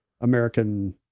American